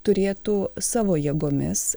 turėtų savo jėgomis